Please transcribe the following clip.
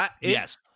Yes